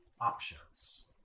options